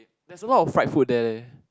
there's a lot of fried food there leh